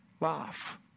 laugh